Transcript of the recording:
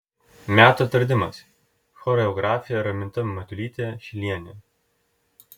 metų atradimas choreografė raminta matulytė šilienė